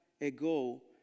ago